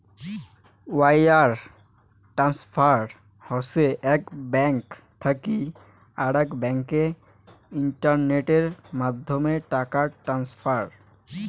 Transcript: wire transfer হসে এক bank থাকি আরেক ব্যাংকে ইন্টারনেটের মাধ্যমে টাকা ট্রান্সফার